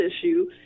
issue